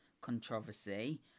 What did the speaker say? controversy